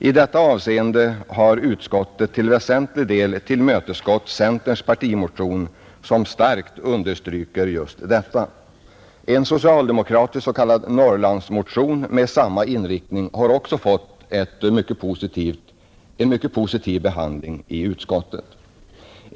I det avseendet har utskottet till väsentlig del tillmötesgått centerns partimotion som starkt understryker just detta. En socialdemokratisk s.k. Norrlandsmotion med samma inriktning har också fått en mycket positiv behandling i utskottet.